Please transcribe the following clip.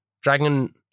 Dragon